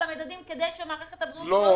המדדים כדי שמערכת הבריאות לא תקרוס.